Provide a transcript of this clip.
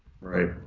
Right